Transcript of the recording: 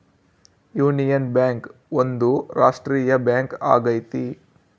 union Bank ಒಂದು ರಾಷ್ಟ್ರೀಯ bank ಆಗೈತಿ